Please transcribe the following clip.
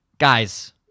Guys